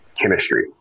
chemistry